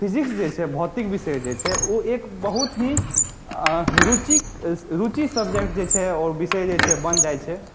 physics जे छै भौतिक विषय जे छै ओ एक बहुत ही रुचि रुचि सबजेक्ट जे छै ओ विषय जे छै बनि जाइ छै